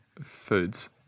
foods